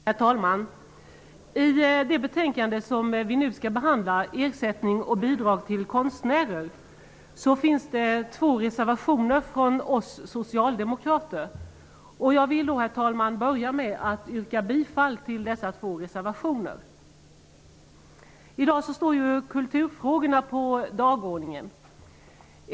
Herr talman! I det betänkande som vi nu skall behandla -- om ersättning och bidrag till konstnärer -- finns det två reservationer från oss socialdemokrater. Jag vill, herr talman, börja med att yrka bifall till dessa två reservationer. I dag står kulturfrågorna på dagordningen.